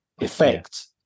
effect